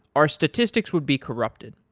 our statistics would be corrupted.